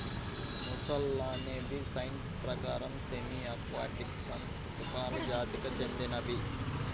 మొసళ్ళు అనేవి సైన్స్ ప్రకారం సెమీ ఆక్వాటిక్ సరీసృపాలు జాతికి చెందినవి